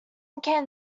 came